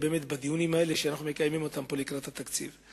בדיונים האלה שאנו מקיימים פה לקראת התקציב.